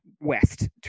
west